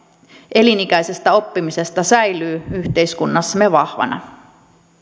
elinikäisestä oppimisesta säilyy yhteiskunnassamme vahvana